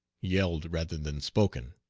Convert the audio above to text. yelled rather than spoken.